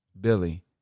Billy